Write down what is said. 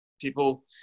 People